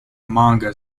manga